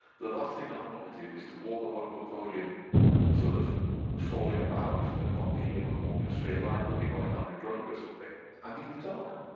the last thing i want to do is to walk up onto a podium sort of falling about and not being able to walk in a straight line, looking like i'm but a drunk or something i need the dog,